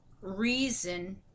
reason